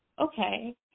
okay